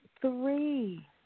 three